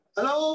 Hello